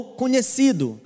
conhecido